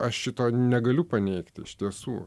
aš šito negaliu paneigti iš tiesų